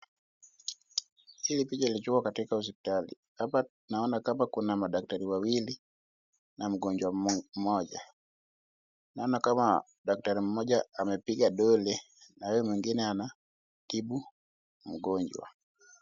Hii picha ikiwa katika hospitali. Hapa naona kama kuna madaktari wawili na mgonjwa mmoja. Naona kama daktari mmoja amepiga dole na huyo mwingine anatibu mgonjwa.